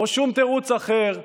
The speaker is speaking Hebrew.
או שום תירוץ אחר,